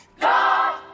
God